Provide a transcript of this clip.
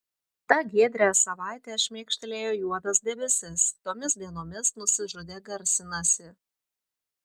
tą giedrią savaitę šmėkštelėjo juodas debesis tomis dienomis nusižudė garsinasi